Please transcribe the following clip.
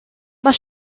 mae